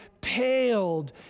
paled